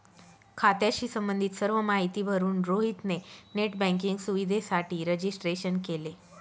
खात्याशी संबंधित सर्व माहिती भरून रोहित ने नेट बँकिंग सुविधेसाठी रजिस्ट्रेशन केले